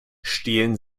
stehlen